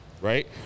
right